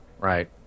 Right